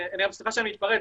סליחה שאני מתפרץ.